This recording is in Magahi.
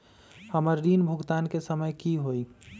हमर ऋण भुगतान के समय कि होई?